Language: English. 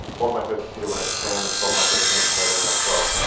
bought my first computer when i was ten, and sold my first commercial program when i was twelve.